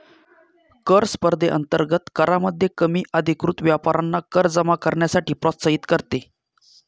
कर स्पर्धेअंतर्गत करामध्ये कमी अधिकृत व्यापाऱ्यांना कर जमा करण्यासाठी प्रोत्साहित करते